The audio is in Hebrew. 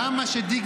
גם מה שדיגיטל,